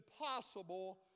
impossible